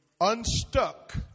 Unstuck